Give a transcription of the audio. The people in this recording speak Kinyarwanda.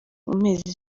amezi